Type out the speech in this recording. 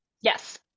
Yes